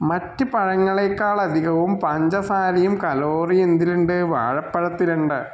മറ്റ് പഴങ്ങളേക്കാൾ അധികവും പഞ്ചസാരയും കലോറിയും എന്തിലുണ്ട് വാഴ പഴത്തിലുണ്ട്